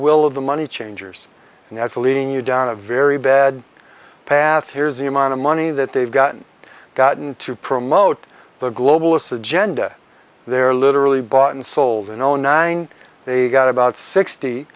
will of the money changers and as a leading you down a very bad path here's the amount of money that they've gotten gotten to promote the globalist agenda they're literally bought and sold in zero nine they got about sixty